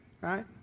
right